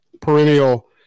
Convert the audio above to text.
perennial